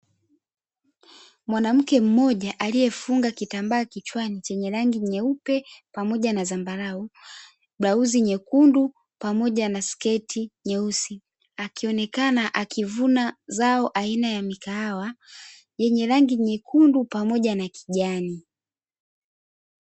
Mwanamke mmoja aliyefunga kitambaa kichwani chenye rangi nyeupe pamoja na zambarau, blauzi nyekundu pamoja na sketi nyeusi, akionekana akivuna zao la kahawa lenye rangi nyekundu pamoja na kijani.